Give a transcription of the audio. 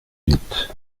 huit